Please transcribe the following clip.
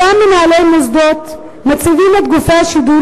אותם מנהלי מוסדות מציבים את גופי השידור